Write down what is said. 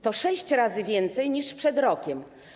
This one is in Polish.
To sześć razy więcej niż przed rokiem.